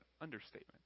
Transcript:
understatement